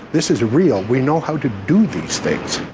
this is real. we know how to do these things.